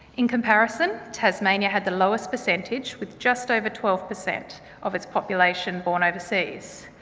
in comparison, tasmania had the lowest percentage, with just over twelve per cent of its population born overseas.